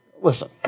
listen